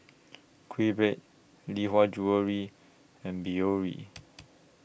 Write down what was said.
QBread Lee Hwa Jewellery and Biore